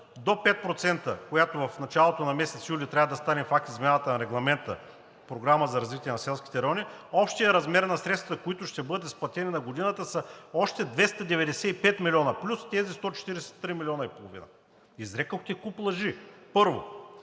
до 5%, което в началото на месец юли трябва да стане факт с изменението на регламента „Програма за развитие на селските райони“, общият размер на средствата, които ще бъдат изплатени за годината, са още 295 милиона плюс тези 143,5 милиона. Изрекохте куп лъжи. Първо,